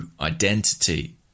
identity